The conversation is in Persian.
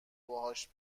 باهاش